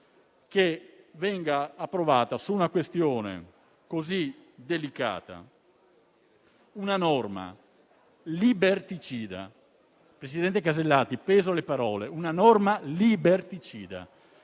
che venga approvata, su una questione così delicata, una norma liberticida (presidente Alberti Casellati, peso le parole: una norma liberticida),